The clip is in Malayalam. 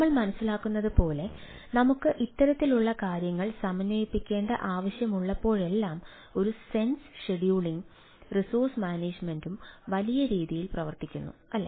നമ്മൾ മനസ്സിലാക്കുന്നത് പോലെ നമുക്ക് ഇത്തരത്തിലുള്ള കാര്യങ്ങൾ സമന്വയിപ്പിക്കേണ്ട ആവശ്യമുള്ളപ്പോഴെല്ലാം ഒരു സെൻസ് ഷെഡ്യൂളിംഗും റിസോഴ്സ് മാനേജുമെന്റും വലിയ രീതിയിൽ പ്രവർത്തിക്കുന്നു അല്ലേ